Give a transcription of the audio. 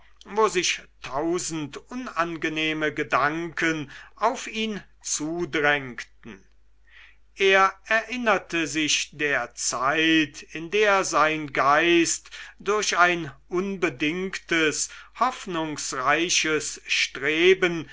wo sich tausend unangenehme gedanken auf ihn zudrängten er erinnerte sich der zeit in der sein geist durch ein unbedingtes hoffnungsreiches streben